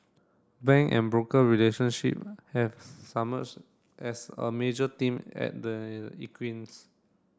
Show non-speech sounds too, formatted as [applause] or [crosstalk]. bank and broker relationship have [unintelligible] as a major theme at the [unintelligible]